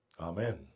amen